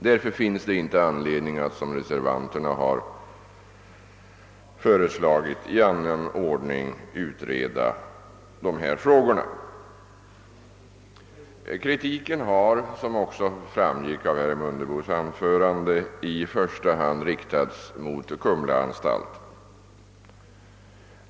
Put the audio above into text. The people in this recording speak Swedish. Därför finns det inte anledning att, som reservanterna har föreslagit, i annan ordning utreda de här frågorna. Kritiken har, som också framgick av herr Mundebos anförande, i första hand riktats mot Kumlaanstalten.